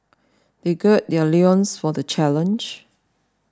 they gird their loins for the challenge